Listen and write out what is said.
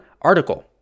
article